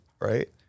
right